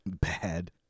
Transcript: bad